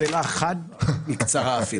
יש לי רק שאלה אחת ואפילו קצרה.